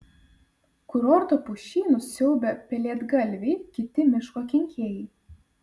kurorto pušynus siaubia pelėdgalviai kiti miško kenkėjai